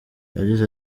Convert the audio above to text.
yagize